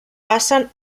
passen